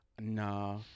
nah